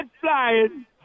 flying